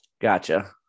gotcha